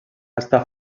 està